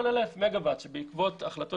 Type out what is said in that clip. כל 1,000 מגוואט שיעברו בעקבות החלטות